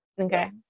Okay